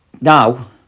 now